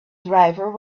driver